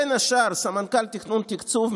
ובין השאר סמנכ"ל תכנון תקצוב,